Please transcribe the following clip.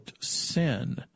sin